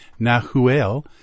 Nahuel